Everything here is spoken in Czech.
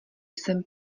jsem